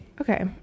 Okay